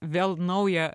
vėl naują